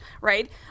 right